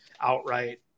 outright